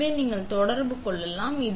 எனவே இப்போது நீங்கள் தொடர்பு கொள்ளலாம்